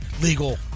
legal